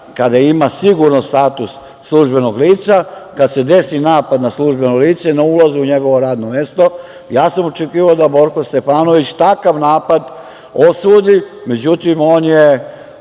kada ima sigurno status službenog lica, kad se desi napad na službeno lice na ulazu u njegovo radno mesto, ja sam očekivao da Borko Stefanović takav napad osudi. Međutim, on je